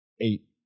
eight